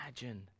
imagine